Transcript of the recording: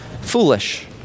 foolish